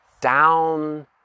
down